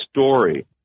story